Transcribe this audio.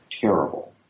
terrible